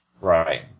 Right